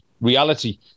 reality